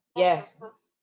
Yes